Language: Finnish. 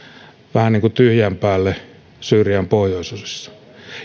vähän niin kuin tyhjän päälle syyrian pohjoisosissa